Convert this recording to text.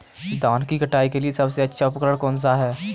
धान की कटाई के लिए सबसे अच्छा उपकरण कौन सा है?